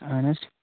اَہَن حظ